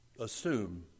assume